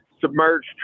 submerged